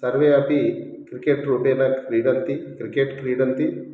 सर्वे अपि क्रिकेट् रूपेण क्रीडन्ति क्रिकेट् क्रीडन्ति